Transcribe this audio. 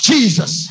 Jesus